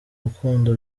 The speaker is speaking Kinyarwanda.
rukundo